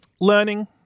Learning